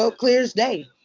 so clear as day.